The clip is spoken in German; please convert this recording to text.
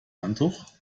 handtuch